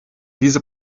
diese